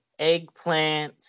eggplants